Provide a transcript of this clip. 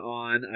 on